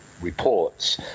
reports